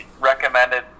recommended